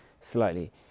slightly